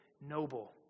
noble